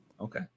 okay